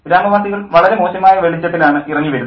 ഗ്രാമവാസികൾ വളരെ മോശമായ വെളിച്ചത്തലാണ് ഇറങ്ങിവരുന്നത്